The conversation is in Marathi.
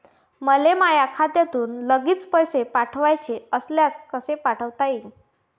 मले माह्या खात्यातून लागलीच पैसे पाठवाचे असल्यास कसे पाठोता यीन?